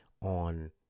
on